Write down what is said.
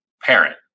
parent